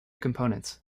components